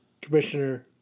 Commissioner